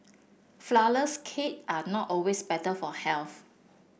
flourless cake are not always better for health